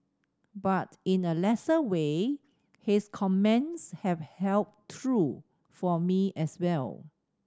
but in a lesser way his comments have held true for me as well